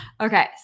Okay